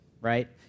right